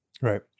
Right